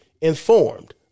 informed